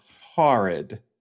horrid